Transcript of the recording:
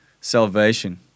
salvation